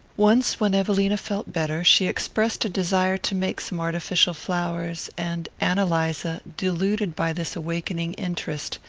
once, when evelina felt better, she expressed a desire to make some artificial flowers, and ann eliza, deluded by this awakening interest,